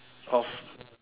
of